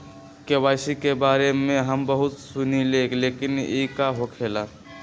KYC के बारे में हम बहुत सुनीले लेकिन इ का होखेला?